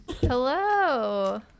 Hello